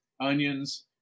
onions